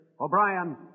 O'Brien